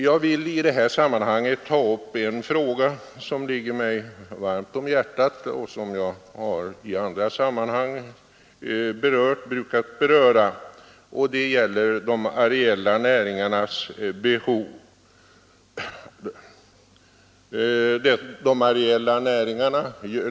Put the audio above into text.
Jag vill i detta sammanhang ta upp en fråga som ligger mig varmt om hjärtat och som jag i andra sammanhang brukar beröra. Det gäller de areella näringarnas behov.